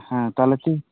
ᱦᱮᱸ ᱛᱟᱦᱚᱞᱮ ᱛᱤᱥ